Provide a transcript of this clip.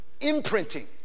Imprinting